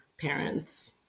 parents